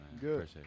good